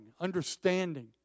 understanding